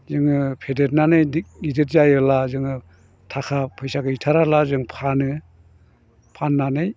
जोङो फेदेरनानै गिदिर जायोला जोङो थाखा फैसा गैथाराब्ला जों फानो फाननानै जोङो